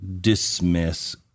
dismiss